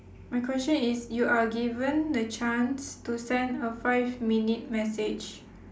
my question is you are given the chance to send a five minute message